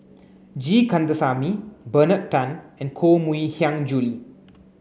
G Kandasamy Bernard Tan and Koh Mui Hiang Julie